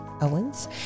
Owens